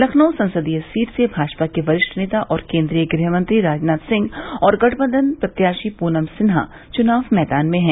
लखनऊ संसदीय सीट से भाजपा के वरिष्ठ नेता और केन्द्रीय गृहमंत्री राजनाथ सिंह और गंठबंघन प्रत्याशी पूनम सिन्हा चुनाव मैदान में हैं